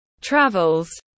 travels